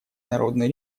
народной